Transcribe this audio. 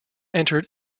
entered